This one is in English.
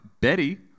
Betty